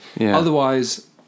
Otherwise